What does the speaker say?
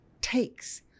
takes